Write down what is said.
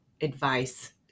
advice